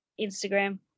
instagram